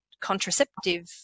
contraceptive